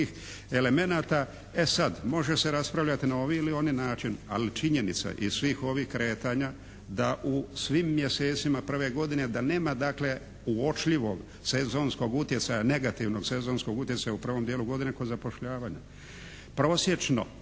E sad, može se raspravljati na ovaj ili onaj način. ali činjenica iz svih ovih kretanja da u svim mjesecima prve godine da nema dakle uočljivog sezonskog utjecaja, negativnog sezonskog utjecaja u prvom dijelu godine kod zapošljavanja.